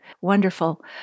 Wonderful